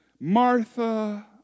Martha